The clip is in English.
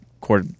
court